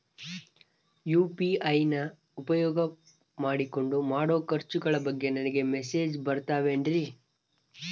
UPI ನ ಉಪಯೋಗ ಮಾಡಿಕೊಂಡು ಮಾಡೋ ಖರ್ಚುಗಳ ಬಗ್ಗೆ ನನಗೆ ಮೆಸೇಜ್ ಬರುತ್ತಾವೇನ್ರಿ?